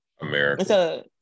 America